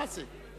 מה זה?